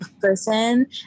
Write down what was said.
person